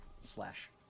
slash